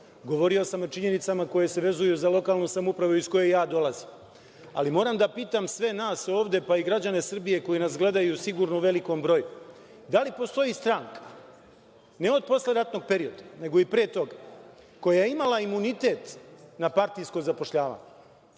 Govorio sam o činjenicama koje se vezuju za lokalnu samoupravu iz koje ja dolazim. Moram da pitam sve nas ovde, pa i građane Srbije koji nas gledaju, sigurno u velikom broju - da li postoji stranka ne od posleratnog perioda nego i pre toga koja je imala imunitet na partijsko zapošljavanje?